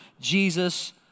Jesus